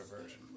version